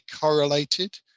correlated